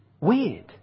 weird